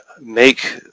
make